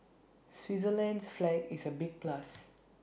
Switzerland's flag is A big plus